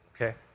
Okay